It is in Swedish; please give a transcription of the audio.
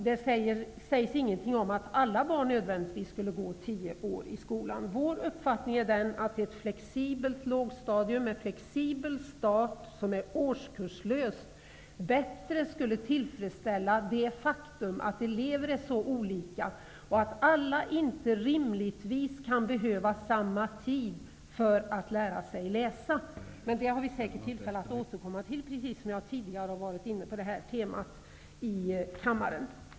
Det sägs inte något om att alla barn nödvändigtvis skall gå tio år i skolan. Vår uppfattning är att det skall vara ett flexibelt lågstadium med flexibel skolstart och som är årskurslöst. Det skulle bättre tillfredsställa det faktum att elever är så olika att alla inte rimligtvis kan behöva samma tid för att lära sig läsa. Men detta har vi säkert tillfälle att återkomma till. Jag har tidigare varit inne på detta tema i kammaren.